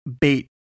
bait